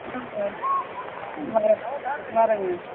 ஆமாம்ங்க வர்றேன் வர்றங்க